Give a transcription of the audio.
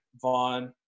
Vaughn